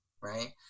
Right